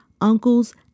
uncles